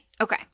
Okay